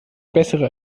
bessere